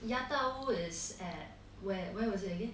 亚达屋 is at where where was it again